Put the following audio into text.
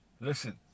listen